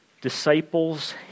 disciples